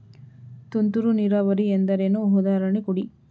ತುಂತುರು ನೀರಾವರಿ ಎಂದರೇನು, ಉದಾಹರಣೆ ಕೊಡಿ?